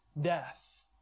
death